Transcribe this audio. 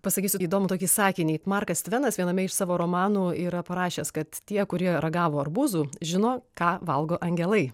pasakysiu įdomų tokį sakinį markas tvenas viename iš savo romanų yra parašęs kad tie kurie ragavo arbūzų žino ką valgo angelai